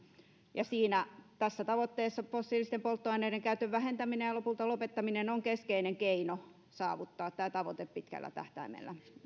tässä tavoitteessa fossiilisten polttoaineiden käytön vähentäminen ja lopulta lopettaminen on keskeinen keino saavuttaa tämä tavoite pitkällä tähtäimellä